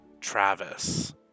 Travis